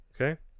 Okay